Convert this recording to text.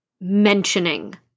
Mentioning